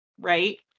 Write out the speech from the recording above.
right